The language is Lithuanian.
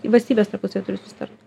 valstybės tarpusavyje turi susitart